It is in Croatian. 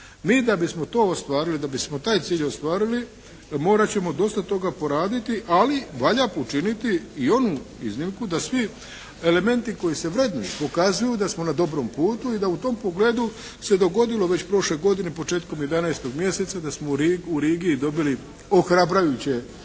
Mi da bismo to ostvarili, da bismo taj cilj ostvarili morat ćemo dosta toga poraditi. Ali valja počiniti i onu iznimku da svi elementi koji se vrednuju pokazuju da smo na dobrom putu i da u tom pogledu se dogodilo već prošle godine početkom 11 mjeseca da smo u Rigi dobili ohrabrujuće